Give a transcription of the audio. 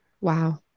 Wow